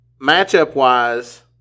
Matchup-wise